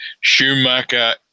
Schumacher